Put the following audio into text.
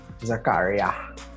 Zakaria